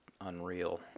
unreal